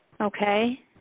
okay